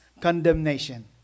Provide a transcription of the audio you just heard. condemnation